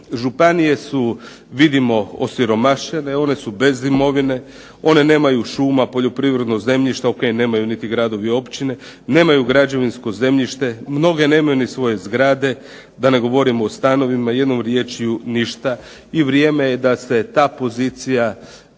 županije su vidimo osiromašene, one su bez imovine, one nemaju šuma, poljoprivrednog zemljišta, ok, nemaju niti gradovi i općine, nemaju građevinsko zemljište, mnoge nemaju svoje zgrade, da ne govorim o stanovima, jednom riječju ništa i vrijeme je da se ta pozicija